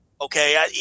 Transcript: okay